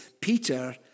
Peter